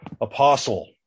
Apostle